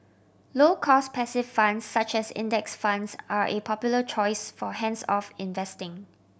low cost passive funds such as Index Funds are a popular choice for hands off investing